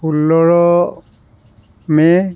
ষোল্ল মে